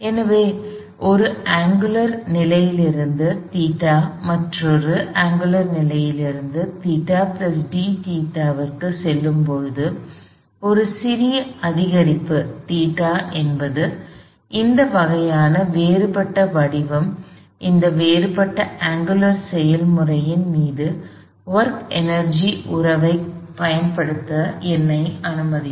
எனவே ஒரு அங்குலர் நிலையிலிருந்து ϴ மற்றொரு அங்குலர் நிலை ϴdϴ க்குச் செல்லும்போது ஒரு சிறிய அதிகரிப்பு ϴ என்பது இந்த வகையான வேறுபட்ட வடிவம் அந்த வேறுபட்ட அங்குலர் செயல்முறையின் மீது ஒர்க் எனர்ஜி உறவைப் பயன்படுத்த என்னை அனுமதிக்கும்